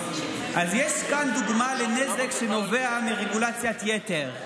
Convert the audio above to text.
אז יש כאן דוגמה לנזק שנובע מרגולציית יתר.